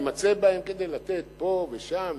יימצא בהם כדי לתת פה ושם,